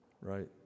right